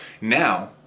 now